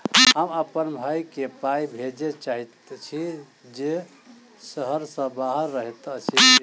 हम अप्पन भयई केँ पाई भेजे चाहइत छि जे सहर सँ बाहर रहइत अछि